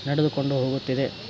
ನಡೆದ್ಕೊಂಡು ಹೋಗುತ್ತಿದೆ